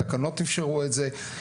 התקנות איפשרו את זה,